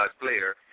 player